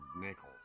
nickels